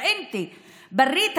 זה לא אותו מסלול החל על כל אזרח,